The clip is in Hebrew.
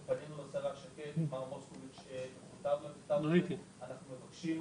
אנחנו פנינו לשרה שקד ולמר מוסקוביץ' ואנחנו מבקשים